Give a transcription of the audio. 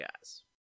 guys